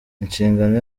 inshingano